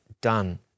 done